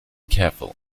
careful